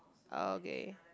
okay